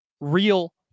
real